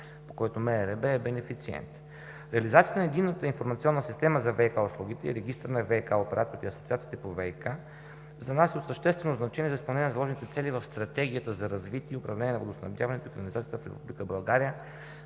е бенефициент. Реализацията на Единната информационна система за ВиК и Регистър на ВиК операторите и асоциациите по ВиК за нас е от съществено значение за изпълнение на заложените цели в Стратегията за развитие и управление на водоснабдяването и канализацията в Република България